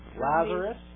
Lazarus